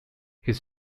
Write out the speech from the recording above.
his